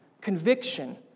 Conviction